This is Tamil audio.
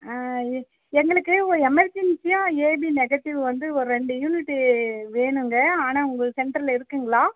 எங்களுக்கு ஒரு எம்மர்ஜன்சியாக ஏபி நெகட்டிவ் வந்து ஒரு ரெண்டு யூனிட் வேணுங்க ஆனால் உங்க சென்டரில் இருக்குங்களா